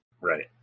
right